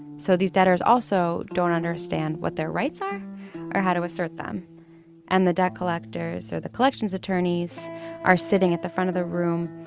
so these debtors also don't understand what their rights are or how to assert them and the debt collectors or the collections attorneys are sitting at the front of the room.